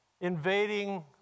invading